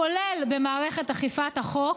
כולל במערכת אכיפת החוק,